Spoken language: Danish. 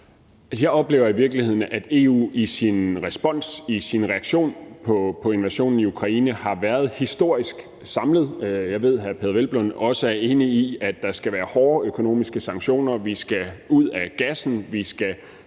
Jeg oplever i virkeligheden, at EU i sin respons, i sin reaktion på invasionen i Ukraine har været historisk samlet. Jeg ved, at hr. Peder Hvelplund også er enig i, at der skal være hårde økonomiske sanktioner, og at vi skal af med gassen,